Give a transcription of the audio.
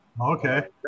Okay